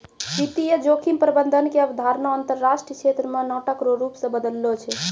वित्तीय जोखिम प्रबंधन के अवधारणा अंतरराष्ट्रीय क्षेत्र मे नाटक रो रूप से बदललो छै